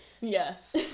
Yes